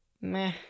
meh